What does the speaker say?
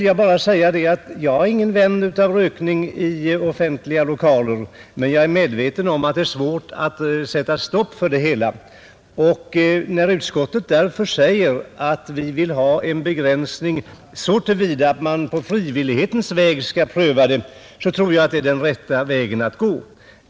Jag är ingen vän av rökning i offentliga lokaler, men jag är medveten om att det är svårt att sätta stopp för detta, och när utskottet därför säger att vi vill ha en begränsning så till vida att man på frivillighetens väg skall pröva sig fram, så tror jag att det är den rätta vägen att gå.